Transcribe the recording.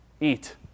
Eat